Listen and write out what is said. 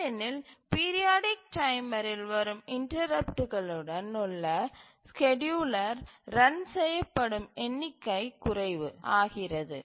ஏனெனில் பீரியாடிக் டைமரில் வரும் இன்டரப்ட்டுகளுடன் னுள்ள ஸ்கேட்யூலர் ரன் செய்யப்படும் எண்ணிக்கை குறைவு ஆகிறது